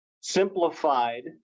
simplified